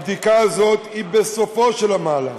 הבדיקה הזאת היא בסופו של המהלך.